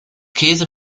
käse